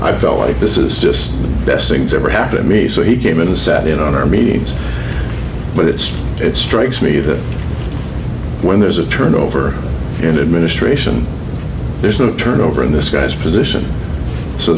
i felt like this is just the best things ever happen to me so he came in and sat in on our meetings but it's it strikes me that when there's a turnover in the administration there's no turnover in this guy's position so